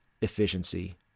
Efficiency